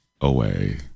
away